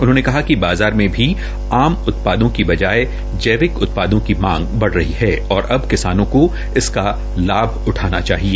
उन्होंने कहा कि बाज़ार में आम उत्पादों की बजाय जैविक उत्पादों की मांग बढ़ रही है और अब किसानों के इसका लाभ उठाया चाहिए